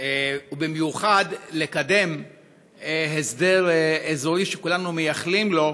ובמיוחד, קדם הסדר אזורי, שכולנו מייחלים לו,